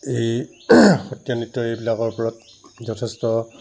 এই সত্ৰীয়া নৃত্য এইবিলাকৰ ওপৰত যথেষ্ট